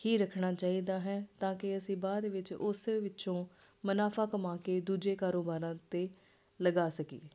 ਹੀ ਰੱਖਣਾ ਚਾਹੀਦਾ ਹੈ ਤਾਂ ਕਿ ਅਸੀਂ ਬਾਅਦ ਵਿੱਚ ਉਸ ਵਿੱਚੋਂ ਮੁਨਾਫਾ ਕਮਾ ਕੇ ਦੂਜੇ ਕਾਰੋਬਾਰਾਂ 'ਤੇ ਲਗਾ ਸਕੀਏ